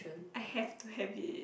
I have to have it